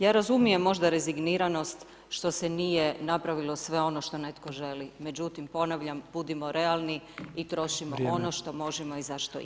Ja razumijem možda rezigniranost što se nije napravilo sve ono što netko želi, međutim, ponavljam, budimo realni i trošimo ono što možemo i za što imamo.